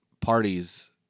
parties